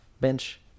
Bench